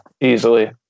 easily